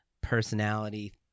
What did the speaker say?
personality